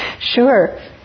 Sure